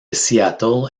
seattle